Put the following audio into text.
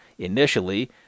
Initially